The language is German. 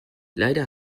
leider